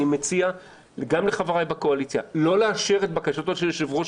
אני מציע גם לחבריי בקואליציה לא לאשר את בקשתו של יושב-ראש